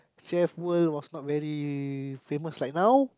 chef world was not very famous like now